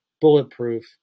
bulletproof